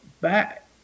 back